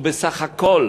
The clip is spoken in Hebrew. ובסך הכול